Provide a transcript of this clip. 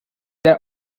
there